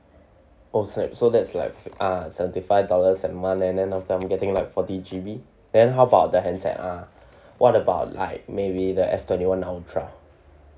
oh snap so that's like uh seventy five dollars a month and then after I'm getting like forty G_B then how about the handset ah what about like maybe the S twenty one ultra